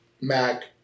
Mac